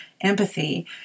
empathy